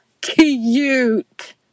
cute